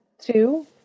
two